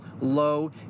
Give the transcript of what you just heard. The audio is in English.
low